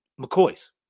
McCoy's